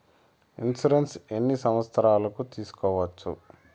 Insurance ఎన్ని సంవత్సరాలకు సేసుకోవచ్చు?